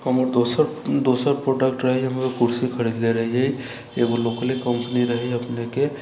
हमर दोसर दोसर प्रोडक्ट रहै हम एगो कुर्सी खरीदले रहिए एगो लोकले कम्पनी रहै अपनेके